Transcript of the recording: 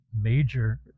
major